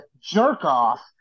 jerk-off